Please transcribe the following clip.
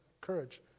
courage